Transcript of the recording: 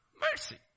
mercy